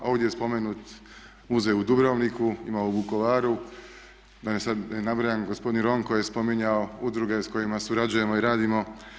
Ovdje je spomenut muzej u Dubrovniku, ima u Vukovaru, da ne nabrajam, gospodin je Ronko spominjao udruge s kojima surađujemo i radimo.